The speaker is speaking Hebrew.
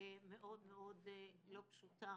מאוד מאוד לא פשוטה.